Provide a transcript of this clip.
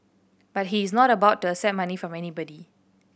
but he is not about to accept money from anybody